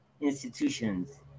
institutions